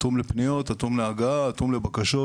אטום לפניות, אטום להגעה, אטום לבקשות,